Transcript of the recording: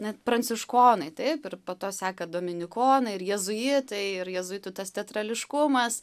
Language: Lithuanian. ne pranciškonai taip ir po to seka dominikonai ir jėzuitai ir jėzuitų tas teatrališkumas